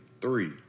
Three